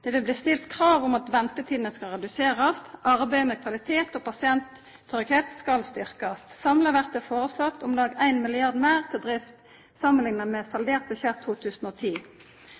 Det vil bli stilt krav om at ventetidene skal reduserast. Arbeidet med kvalitet og pasienttryggleik skal styrkjast. Samla blir det foreslått om lag 1 mrd. kr meir til drift samanlikna med saldert budsjett 2010.